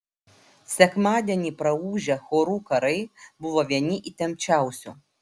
sekmadienį praūžę chorų karai buvo vieni įtempčiausių